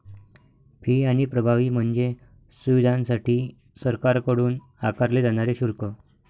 fee आणि प्रभावी म्हणजे सुविधांसाठी सरकारकडून आकारले जाणारे शुल्क